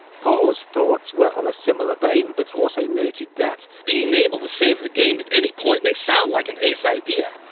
paul's thoughts were on a similar vein, but also noted that being able to save the game at any point may sound like an ace idea.